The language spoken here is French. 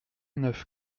neuf